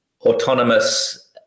autonomous